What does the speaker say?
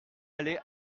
aller